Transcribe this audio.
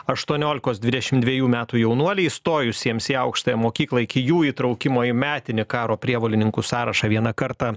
aštuoniolikos dvidešimt dvejų metų jaunuoliai įstojusiems į aukštąją mokyklą iki jų įtraukimo į metinį karo prievolininkų sąrašą vieną kartą